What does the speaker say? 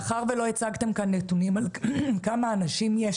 מאחר ולא הצגתם כאן נתונים על כמה אנשים יש